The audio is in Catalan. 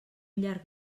llarg